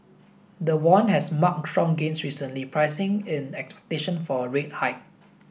the won has marked strong gains recently pricing in expectation for a rate hike